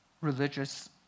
religious